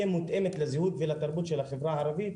מותאמת לזהות ולתרבות של החברה הערבית.